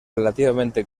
relativamente